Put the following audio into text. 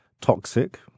toxic